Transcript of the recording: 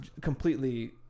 completely